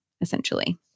essentially